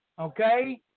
Okay